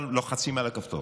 אבל לוחצים על הכפתור.